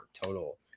total